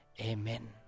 Amen